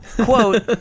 Quote